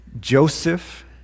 Joseph